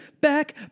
back